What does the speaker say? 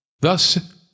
Thus